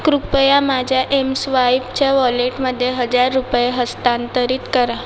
कृपया माझ्या एमस्वाईपच्या वॉलेटमध्ये हजार रुपये हस्तांतरित करा